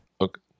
Okay